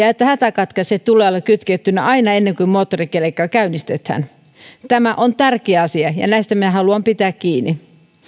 ja että hätäkatkaisijan tulee olla kytkettynä aina ennen kuin moottorikelkka käynnistetään tämä on tärkeä asia ja näistä minä haluan pitää kiinni